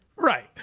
Right